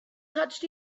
touched